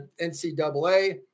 NCAA